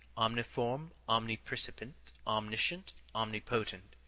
omniform, omnipercipient, omniscient, omnipotent.